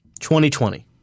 2020